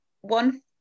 one